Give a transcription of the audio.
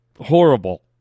horrible